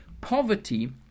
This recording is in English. Poverty